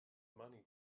money